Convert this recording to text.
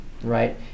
right